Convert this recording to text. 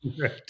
Right